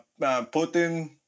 Putin